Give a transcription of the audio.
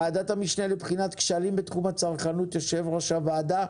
ועדת המשנה לבחינת כשלים בתחום הצרכנות: יו"ר הוועדה,